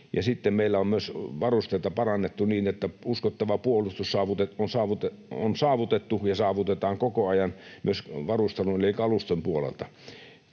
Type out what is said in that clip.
sitten meillä on myös varusteita parannettu niin, että uskottava puolustus on saavutettu ja saavutetaan koko ajan myös varustelun eli kaluston puolelta.